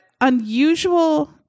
unusual